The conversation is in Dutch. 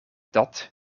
dat